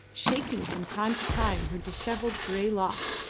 shaking from time to time her dishevelled grey locks,